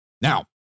Now